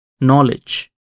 knowledge